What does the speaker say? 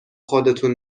خودتون